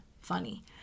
funny